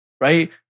right